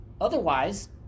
Otherwise